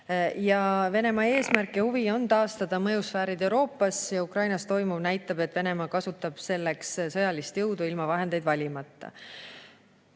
Venemaa eesmärk ja huvi on taastada mõjusfäärid Euroopas. Ukrainas toimuv näitab, et Venemaa kasutab selleks sõjalist jõudu ilma vahendeid valimata.